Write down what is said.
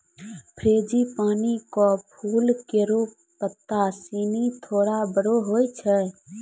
frangipani क फूल केरो पत्ता सिनी थोरो बड़ो होय छै